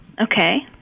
Okay